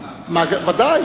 ודאי,